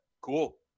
cool